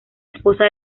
esposa